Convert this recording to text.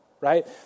right